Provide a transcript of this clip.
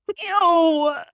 Ew